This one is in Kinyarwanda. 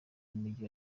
y’umujyi